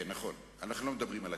נכון, אנחנו לא מדברים על התיקים.